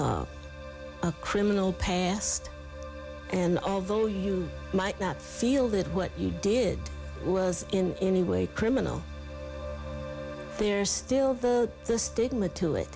a criminal past and although you might not feel that what you did was in any way criminal there still the stigma to it